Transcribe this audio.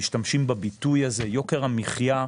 משתמשים בביטוי הזה "יוקר המחיה",